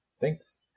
Thanks